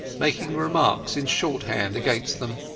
making remarks in shorthand against them.